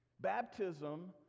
baptism